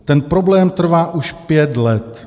Ten problém trvá už pět let.